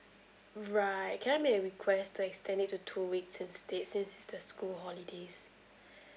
right can I make a request to extend it to two weeks instead since it's the school holidays